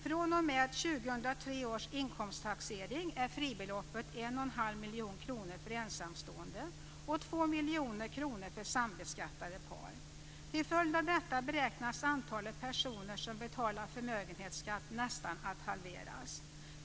fr.o.m. 2003 års inkomsttaxering är fribeloppet 1,5 miljoner kronor för ensamstående och 2 miljoner kronor för sambeskattade par. Till följd av detta beräknas antalet personer som betalar förmögenhetsskatt nästan halveras.